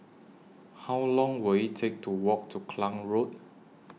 How Long Will IT Take to Walk to Klang Road